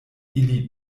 ili